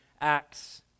acts